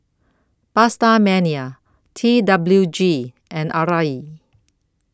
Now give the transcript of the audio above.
PastaMania T W G and Arai